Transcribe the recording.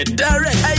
direct